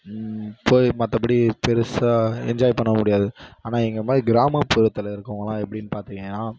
இப்போது மற்றபடி பெரிசா என்ஜாய் பண்ண முடியாது ஆனால் எங்கள் மாதிரி கிராமப்புறத்தில் இருக்கிறவங்கெல்லாம் எப்படின்னு பார்த்திங்கன்னா